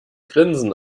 grinsen